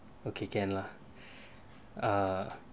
okay can lah err